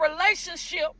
relationship